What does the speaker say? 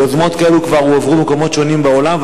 יוזמות כאלה כבר הועברו במקומות שונים בעולם,